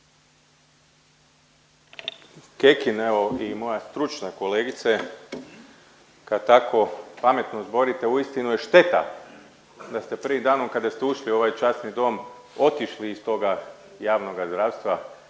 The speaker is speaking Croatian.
Kekin, evo i moja stručna kolegice kad tako pametno zborite uistinu je šteta da ste prvim danom kada ste ušli u ovaj časni dom otišli iz toga javnoga zdravstva.